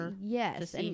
yes